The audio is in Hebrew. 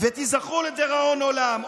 ותיזכרו לדיראון עולם.